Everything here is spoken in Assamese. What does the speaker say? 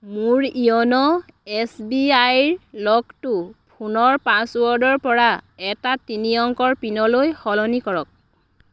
মোৰ য়োন' এছ বি আইৰ লকটো ফোনৰ পাছৱৰ্ডৰ পৰা এটা তিনি অংকৰ পিনলৈ সলনি কৰক